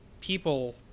people